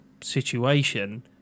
situation